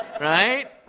right